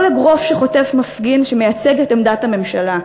כל אגרוף שחוטף מפגין מייצג את עמדת הממשלה.